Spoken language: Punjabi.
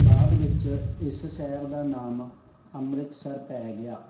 ਬਾਅਦ ਵਿੱਚ ਇਸ ਸ਼ਹਿਰ ਦਾ ਨਾਮ ਅੰਮ੍ਰਿਤਸਰ ਪੈ ਗਿਆ